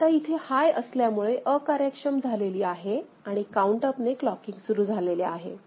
आता इथे हाय असल्यामुळे अकार्यक्षम झालेली आहे आणि काउंट अप ने क्लॉकिंग सुरू केलेले आहे